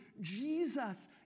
Jesus